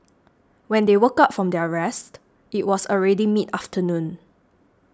when they woke up from their rest it was already mid afternoon